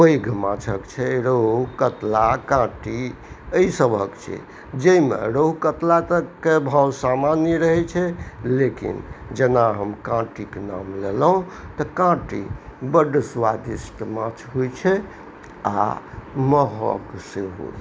पैघ माछके छै रोहु कतला काँटि एहि सभक छै जाहिमे रोहु कतला तऽ के भाव सामान्य रहै छै लेकिन जेना हम काँटिके नाम लेलौंह तऽ काँटि बड्ड स्वादिष्ट माछ होइ छै आओर महग सेहो होइ छै